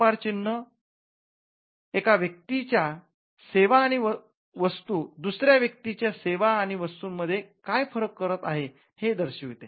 व्यापार चिन्ह एका व्यक्तीच्या सेवा आणि वस्तू दुसऱ्या व्यक्तीच्या सेवा आणि वस्तू मध्ये काय फरक आहे हे दर्शविते